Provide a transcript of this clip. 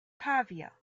pavia